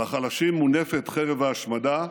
על החלשים מונפת חרב ההשמדה,